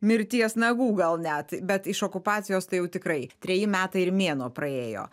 mirties nagų gal net bet iš okupacijos tai jau tikrai treji metai ir mėnuo praėjo